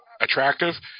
attractive